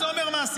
מה זה אומר מעשית?